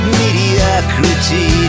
mediocrity